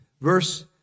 Verse